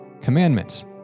commandments